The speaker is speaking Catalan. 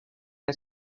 que